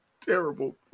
terrible